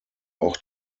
auch